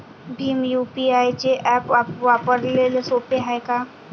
Bhim UPI हे app वापराले सोपे हाय का?